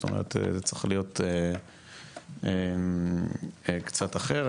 זאת אומרת זה צריך להיות קצת אחר.